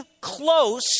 close